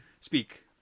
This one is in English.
speak